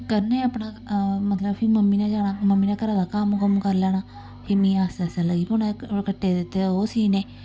करने अपना मतलब फ्ही मम्मी ने जाना मम्मी ने घरै दा कम्म कुम्म करी लैना फ्ही मी आस्ता आस्ता लगी पौना कट्टे दे दित्ते दे ओह् सीने